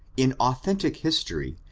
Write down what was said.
in authentic history,